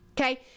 Okay